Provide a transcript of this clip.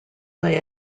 lay